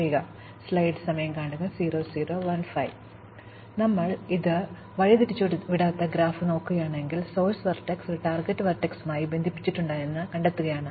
അതിനാൽ ഞങ്ങൾ ഇത് വഴിതിരിച്ചുവിടാത്ത ഗ്രാഫ് നോക്കുകയാണെങ്കിൽ സോഴ്സ് വെർട്ടെക്സ് ഒരു ടാർഗെറ്റ് വെർട്ടെക്സുമായി ബന്ധിപ്പിച്ചിട്ടുണ്ടോയെന്ന് കണ്ടെത്തുകയാണ്